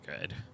good